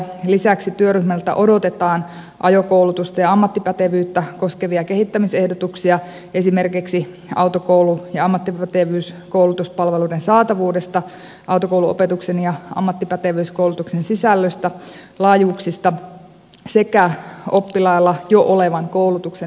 lisäksi työryhmältä odotetaan ajokoulutusta ja ammattipätevyyttä koskevia kehittämisehdotuksia esimerkiksi autokoulu ja ammattipätevyyskoulutuspalveluiden saatavuudesta autokouluopetuksen ja ammattipätevyyskoulutuksen sisällöstä laajuuksista sekä oppilailla jo olevan koulutuksen hyväksiluettavuudesta